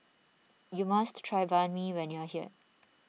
you must try Banh Mi when you are here